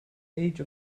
age